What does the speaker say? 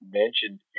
mentioned